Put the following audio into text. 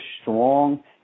strong